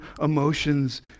emotions